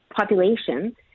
population